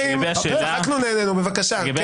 חברים, צחקנו ונהנינו, בבקשה.